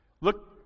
Look